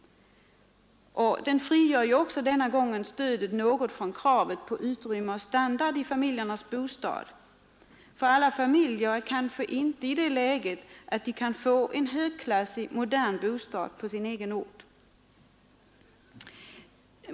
Denna gång frigörs också stödet från kravet på utrymme och standard i familjernas bostäder. Alla familjer är kanske inte i det läget att de kan få en högklassig, modern bostad på sin egen ort.